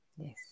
Yes